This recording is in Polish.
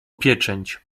pieczęć